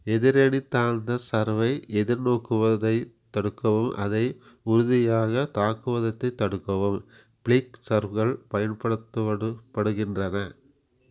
எதிரணி தாழ்ந்த சர்வை எதிர்நோக்குவதைத் தடுக்கவும் அதை உறுதியாக தாக்குவத்தை தடுக்கவும் ப்ளிக் சர்வ்கள் பயன்படுத்தப்டுபடுகின்றன